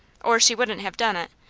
or she wouldn't have done it,